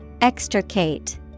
extricate